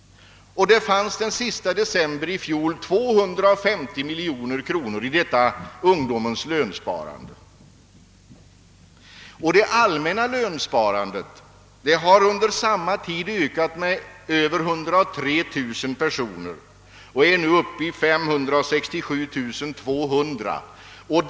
Den sista december i fjol uppgick ungdomens lönsparande till 250 miljoner kronor, Antalet sparare i det allmänna lönsparandet har under samma tid ökat med 103 600 personer och är nu 5367 200 personer.